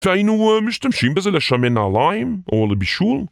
והיינו משתמשים בזה לשמן נעליים או לבישול